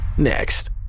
next